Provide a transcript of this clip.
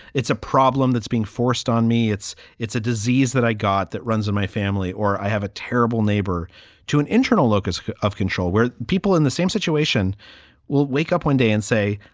it's a problem that's being forced on me. it's it's a disease that i got that runs in my family or i have a terrible neighbor to an internal locus of control where people in the same situation situation will wake up one day and say,